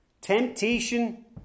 Temptation